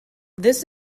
this